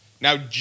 now